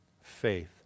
faith